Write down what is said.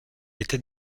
était